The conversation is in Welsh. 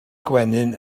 gwenyn